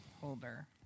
holder